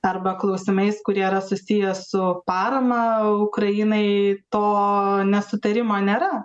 arba klausimais kurie yra susiję su parama ukrainai to nesutarimo nėra